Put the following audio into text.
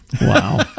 Wow